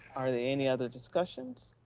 are there any other discussions?